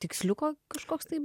tiksliuko kažkoks tai